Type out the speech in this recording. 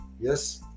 Yes